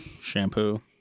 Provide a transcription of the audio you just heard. shampoo